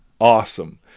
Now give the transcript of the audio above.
Awesome